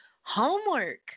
homework